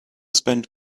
spend